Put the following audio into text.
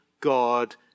God